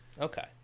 Okay